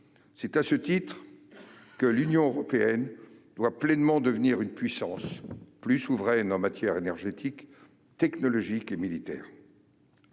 C'est à ce titre que l'Union européenne doit pleinement devenir une puissance plus souveraine en matière énergétique, technologique et militaire.